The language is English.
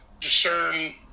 discern